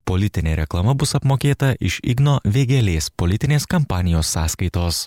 politinė reklama bus apmokėta iš igno vėgėlės politinės kampanijos sąskaitos